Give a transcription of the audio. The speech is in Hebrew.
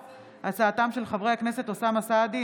הצעתם של חברי הכנסת אוסאמה סעדי,